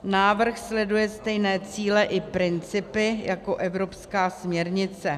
Návrh sleduje stejné cíle i principy jako evropská směrnice.